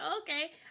okay